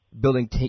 building